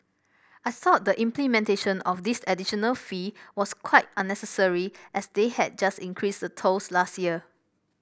I thought the implementation of this additional fee was quite unnecessary as they had just increased the tolls last year